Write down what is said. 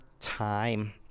time